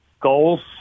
goals